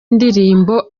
indirimbo